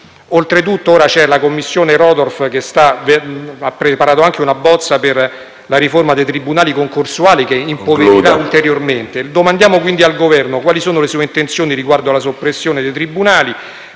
Oltretutto ora c'è la commissione Rordorf che ha preparato una bozza per la riforma dei tribunali concorsuali che interverrà ulteriormente. Domandiamo quindi al Governo quali sono le sue intenzioni riguardo alla soppressione dei tribunali;